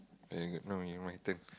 very good no me my turn